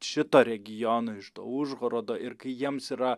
šito regiono iš to užhorodo ir kai jiems yra